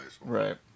Right